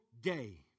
day